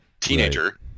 teenager